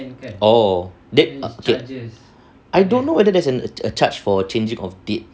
oh then okay I don't know whether there's a charge for changing of date